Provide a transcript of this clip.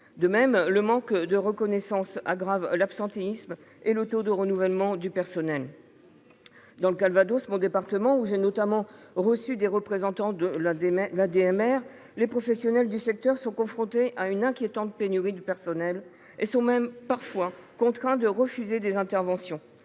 De même, le manque de reconnaissance aggrave l'absentéisme et le taux de renouvellement du personnel. Dans le Calvados, mon département, où j'ai notamment reçu des représentants du réseau de l'ADMR, les professionnels du secteur sont confrontés à une inquiétante pénurie de personnel ; ils sont même parfois contraints de refuser des interventions.